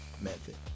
method